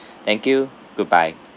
thank you goodbye